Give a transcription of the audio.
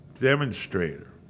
demonstrator